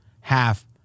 half